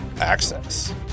access